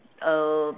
uh